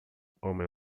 homem